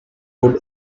would